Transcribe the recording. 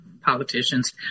politicians